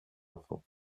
enfants